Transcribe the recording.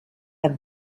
have